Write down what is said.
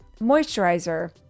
moisturizer